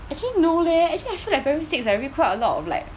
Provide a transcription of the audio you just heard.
actually no leh actually I feel like primary six I read quite a lot of like